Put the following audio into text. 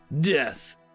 Death